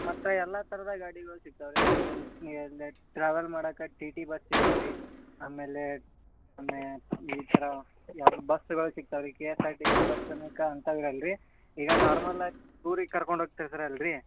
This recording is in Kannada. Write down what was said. ನಮ್ಮ ಹತ್ರ ಎಲ್ಲಾ ಥರದ ಗಾಡಿಗಳು ಸಿಕ್ತಾವ ರೀ ನಿಮಗೆ ಅಂದ ಟ್ರಾವೆಲ್ ಮಾಡಾಕ್ಕ ಟೀ ಟಿ ಬಸ್ ಸಿಗತ್ತೆ ರೀ ಆಮೇಲೆ ಆಮೇ ಈ ಥರ ಯಾವ್ದು ಬಸ್ಗಳು ಸಿಕ್ತಾವ ರೀ K S R T C bus ಸಮೇತ ಅಂಥವು ಇರಲ್ಲ ರೀ ಈಗ ನಾರ್ಮಲಾಗಿ ಟೂರಿಗೆ ಕರ್ಕೊಂಡು ಹೋಗ್ತಿದ್ದಾರೆ ಅಲ್ಲಾ ರೀ